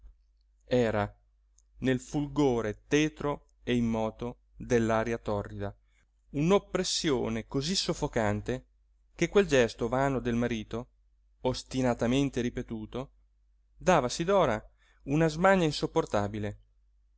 era nel fulgore tetro e immoto dell'aria torrida un'oppressione cosí soffocante che quel gesto vano del marito ostinatamente ripetuto dava a sidora una smania insopportabile